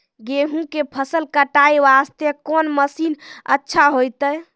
गेहूँ के फसल कटाई वास्ते कोंन मसीन अच्छा होइतै?